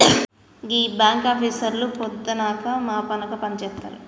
గీ బాంకాపీసర్లు పొద్దనక మాపనక పనిజేత్తరు